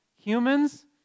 humans